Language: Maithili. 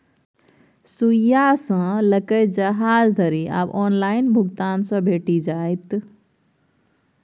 सुईया सँ लकए जहाज धरि आब ऑनलाइन भुगतान सँ भेटि जाइत